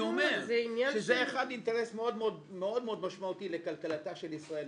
אני אומר שזה אינטרס מאוד משמעותי לכלכלתה של ישראל,